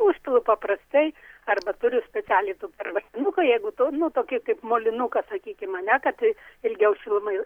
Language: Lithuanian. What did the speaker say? užpilu paprastai arba turiu specialiai tokį arbatinuką jeigu tu nu tokį kaip molinuką sakykim ane kad ilgiau šiluma